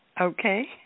Okay